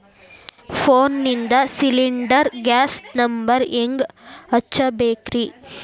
ಫೋನಿಂದ cylinder gas number ಹೆಂಗ್ ಹಚ್ಚ ಬೇಕ್ರಿ?